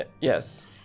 Yes